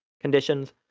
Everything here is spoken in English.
conditions